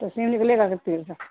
تو سیلی لےا کرتیل سا